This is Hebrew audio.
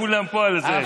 כולם פה על זה.